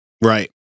Right